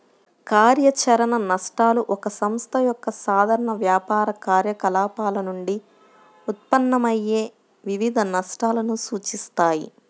కార్యాచరణ నష్టాలు ఒక సంస్థ యొక్క సాధారణ వ్యాపార కార్యకలాపాల నుండి ఉత్పన్నమయ్యే వివిధ నష్టాలను సూచిస్తాయి